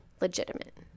legitimate